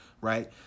right